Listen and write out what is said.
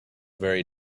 very